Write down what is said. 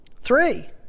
Three